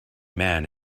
man